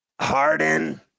harden